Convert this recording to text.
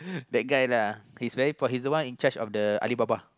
that guy lah he is very po~ he's the one in charge of the Alibaba